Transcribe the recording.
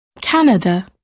Canada